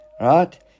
right